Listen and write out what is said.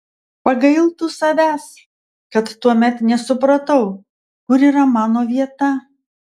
pagailtų savęs kad tuomet nesupratau kur yra mano vieta